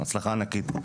בהצלחה ענקית.